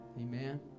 Amen